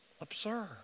observe